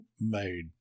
made